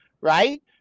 right